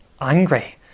angry